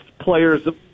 players